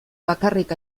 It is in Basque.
bakarrik